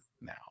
now